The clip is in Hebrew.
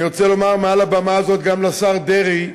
אני רוצה לומר מעל הבמה הזאת, גם לשר דרעי,